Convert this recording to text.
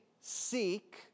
seek